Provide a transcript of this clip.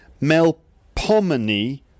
melpomene